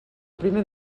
primer